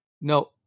no